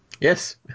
Yes